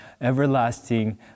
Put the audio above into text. everlasting